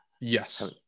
Yes